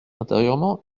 intérieurement